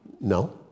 No